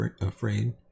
afraid